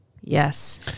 Yes